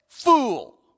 fool